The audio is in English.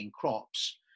crops